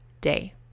day